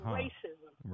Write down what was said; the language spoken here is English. racism